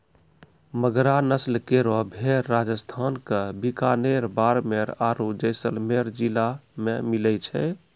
मगरा नस्ल केरो भेड़ राजस्थान क बीकानेर, बाड़मेर आरु जैसलमेर जिला मे मिलै छै